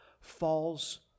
falls